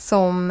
Som